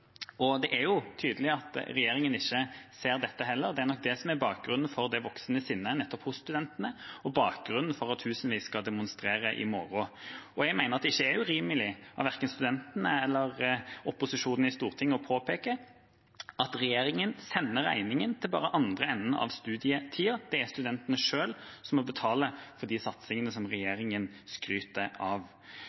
Det er jo tydelig at regjeringa ikke ser dette heller. Det er nok det som er bakgrunnen for det voksende sinnet nettopp hos studentene, og bakgrunnen for at tusenvis skal demonstrere i morgen. Jeg mener at det ikke er urimelig av verken studentene eller opposisjonen i Stortinget å påpeke at regjeringa bare sender regningen til andre enden av studietida – det er studentene selv som må betale for de satsingene som regjeringa skryter av.